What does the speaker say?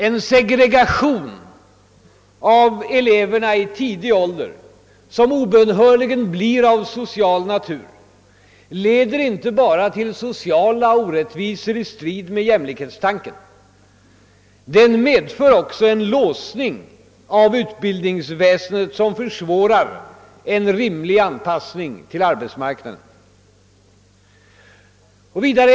En segregation av eleverna i tidig ålder, vilken obönhörligen blir av social natur, leder inte bara till sociala orättvisor i strid med jämlikhetstanken; den medför också en låsning av utbildningssäsendet, vilken försvårar en rimlig anpassning till arbetsmarknaden.